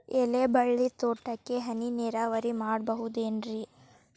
ಎಲೆಬಳ್ಳಿ ತೋಟಕ್ಕೆ ಹನಿ ನೇರಾವರಿ ಮಾಡಬಹುದೇನ್ ರಿ?